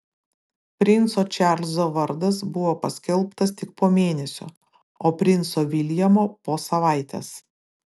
princo čarlzo vardas buvo paskelbtas tik po mėnesio o princo viljamo po savaitės